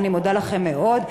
אני מודה לכם מאוד.